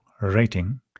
rating